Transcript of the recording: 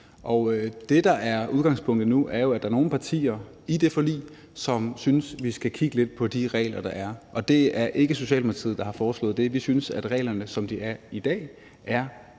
Og det, der er udgangspunktet nu, er, at der er nogle partier i det forlig, som synes, at vi skal kigge lidt på de regler, der er. Og det er ikke Socialdemokratiet, der har foreslået det; vi synes, at reglerne, som de er i dag, er